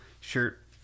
shirt